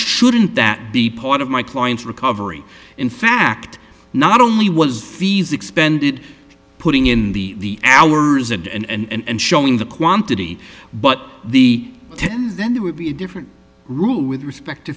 shouldn't that be part of my client's recovery in fact not only was fees expended putting in the hours and and showing the quantity but the tens then there would be a different rule with respect to